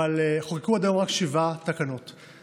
אבל חוקקו עד היום שבע תקנות.